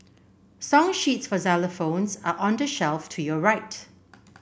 song sheets for xylophones are on the shelf to your right